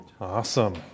Awesome